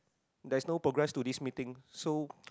there's no progress to this meeting so